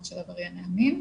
המין,